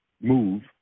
move